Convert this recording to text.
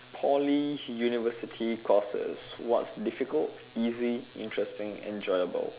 Poly university courses what's difficult easy interesting enjoyable